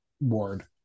board